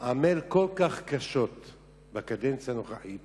עמל כל כך קשה בקדנציה הנוכחית